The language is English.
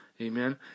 Amen